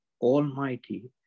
almighty